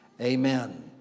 Amen